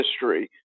history